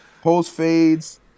post-fades